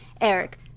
Eric